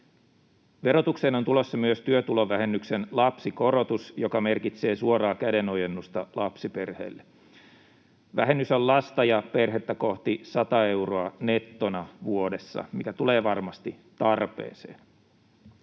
Verotukseen on tulossa myös työtulovähennyksen lapsikorotus, joka merkitsee suoraa kädenojennusta lapsiperheille. Vähennys on lasta ja perhettä kohti sata euroa nettona vuodessa, mikä tulee varmasti tarpeeseen.